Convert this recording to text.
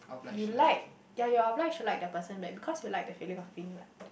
you like ya you are obliged to like that person back because you like the feeling of being liked